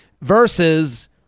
Versus